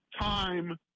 Time